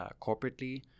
corporately